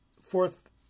fourth